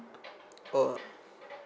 oh